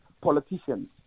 politicians